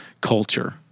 culture